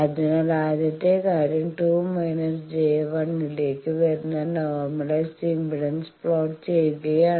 അതിനാൽ ആദ്യത്തെ കാര്യം 2− j 1 ലേക്ക് വരുന്ന നോർമലൈസ്ഡ് ഇംപെഡൻസ് പ്ലോട്ട് ചെയുകയാണ്